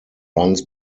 runs